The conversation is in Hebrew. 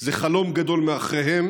זה חלום גדול מאחוריהם